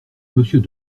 monsieur